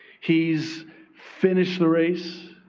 he's finished the race.